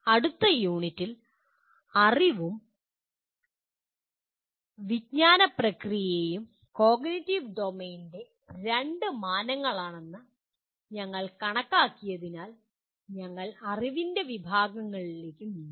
അടുത്ത യൂണിറ്റിൽ അറിവും അവബോധന പ്രക്രിയയും കോഗ്നിറ്റീവ് ഡൊമെയ്നിന്റെ രണ്ട് മാനങ്ങളാണെന്ന് ഞങ്ങൾ കണക്കാക്കിയതിനാൽ ഞങ്ങൾ അറിവിന്റെ വിഭാഗങ്ങളിലേക്ക് നീങ്ങും